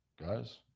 Guys